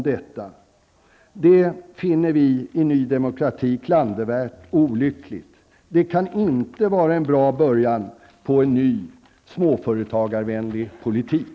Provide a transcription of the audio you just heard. Det finner vi i Ny Demokrati klandervärt och olyckligt. Det kan inte vara en bra början på en ny småföretagarvänlig politik.